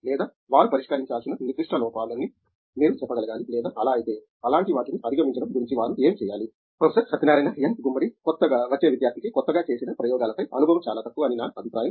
లేదా వారు పరిష్కరించాల్సిన నిర్దిష్ట లోపాల ని మీరు చెప్పగలగాలి లేదా అలా అయితే అలాంటి వాటిని అధిగమించడం గురించి వారు ఏమి చేయాలి ప్రొఫెసర్ సత్యనారాయణ ఎన్ గుమ్మడి కొత్తగా వచ్చే విద్యార్థికి కొత్తగా చేసిన ప్రయోగాల పై అనుభవం చాలా తక్కువ అని నా అభిప్రాయం